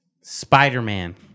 Spider-Man